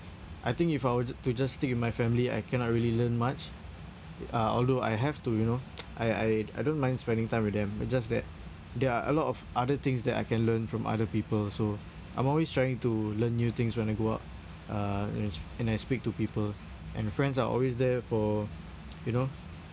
I think if I were to just stick with my family I cannot really learn much uh although I have to you know I I I don't mind spending time with them just that there are a lot of other things that I can learn from other people also I'm always trying to learn new things when I go out uh and and I speak to people and friends are always there for you know